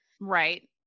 Right